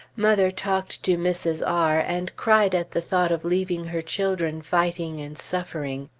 mother talked to mrs. r and cried at the thought of leaving her children fighting and suffering.